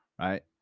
Right